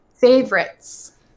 favorites